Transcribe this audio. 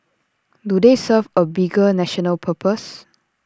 do they serve A bigger national purpose